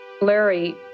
Larry